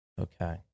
Okay